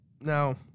Now